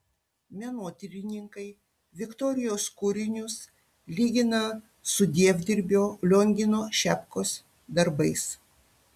menotyrininkai viktorijos kūrinius lygina su dievdirbio liongino šepkos darbais